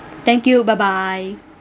thank you bye bye